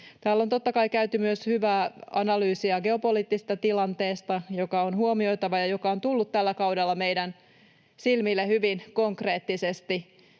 Täällä on totta kai käyty myös hyvää analyysiä geopoliittisesta tilanteesta, joka on huomioitava ja joka on tullut tällä kaudella meidän silmillemme hyvin konkreettisesti.